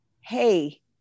hey